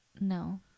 No